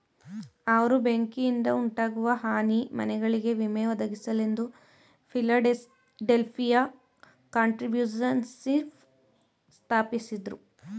ಅವ್ರು ಬೆಂಕಿಯಿಂದಉಂಟಾಗುವ ಹಾನಿ ಮನೆಗಳಿಗೆ ವಿಮೆ ಒದಗಿಸಲೆಂದು ಫಿಲಡೆಲ್ಫಿಯ ಕಾಂಟ್ರಿಬ್ಯೂಶನ್ಶಿಪ್ ಸ್ಥಾಪಿಸಿದ್ರು